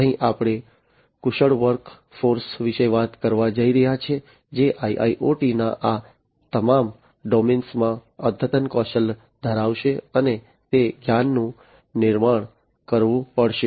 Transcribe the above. અહીં આપણે કુશળ વર્ક ફોર્સ વિશે વાત કરવા જઈ રહ્યા છીએ જે IIoTના આ તમામ ડોમેન્સમાં અદ્યતન કૌશલ્ય ધરાવશે અને તે જ્ઞાનનું નિર્માણ કરવું પડશે